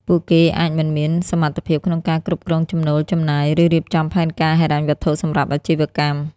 ពួកគេអាចមិនមានសមត្ថភាពក្នុងការគ្រប់គ្រងចំណូល ចំណាយ ឬរៀបចំផែនការហិរញ្ញវត្ថុសម្រាប់អាជីវកម្ម។